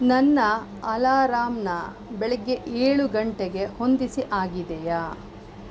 ನನ್ನ ಅಲಾರಾಮ್ನ ಬೆಳಗ್ಗೆ ಏಳು ಗಂಟೆಗೆ ಹೊಂದಿಸಿ ಆಗಿದೆಯಾ